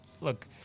look